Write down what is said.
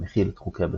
שמכיל את חוקי הבסיס,